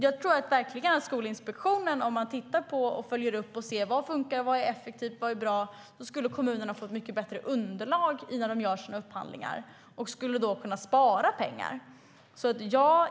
Jag tror verkligen att om Skolinspektionen skulle följa upp och se vad som funkar, vad som är effektivt och vad som är bra skulle kommunerna få ett mycket bättre underlag när de gör sina upphandlingar och skulle då kunna spara pengar.